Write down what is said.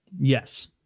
Yes